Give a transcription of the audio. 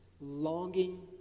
longing